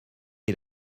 est